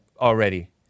already